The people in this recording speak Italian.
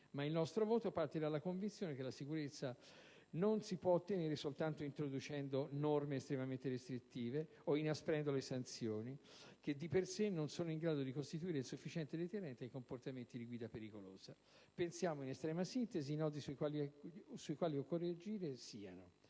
Ma il nostro voto parte dalla convinzione che la sicurezza non si può ottenere soltanto introducendo norme estremamente restrittive o inasprendo le sanzioni, che di per sé non sono in grado di costituire il sufficiente deterrente ai comportamenti di guida pericolosa. Pensiamo, in estrema sintesi, che i nodi sui quali occorre agire siano: